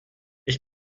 ich